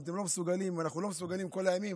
ואם אנחנו לא מסוגלים כל הימים,